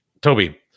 Toby